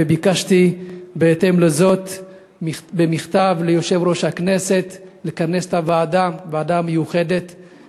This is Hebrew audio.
בהתאם לזאת ביקשתי במכתב ליושב-ראש הכנסת לכנס את הוועדה המיוחדת,